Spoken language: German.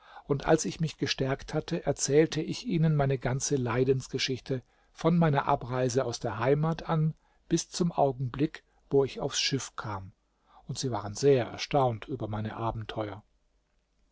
und als ich mich gestärkt hatte erzählte ich ihnen meine ganze leidensgeschichte von meiner abreise aus der heimat an bis zum augenblick wo ich aufs schiff kam und sie waren sehr erstaunt über meine abenteuer